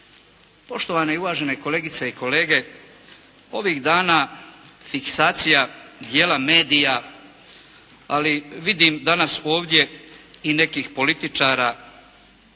Poštovane i uvažene kolegice i kolege ovih dana fiksacija dijela medija, ali vidim danas ovdje i nekih političara